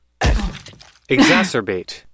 exacerbate